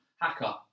Hacker